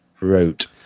wrote